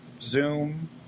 Zoom